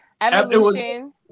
Evolution